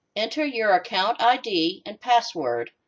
enter your account id and password,